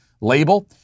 label